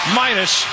minus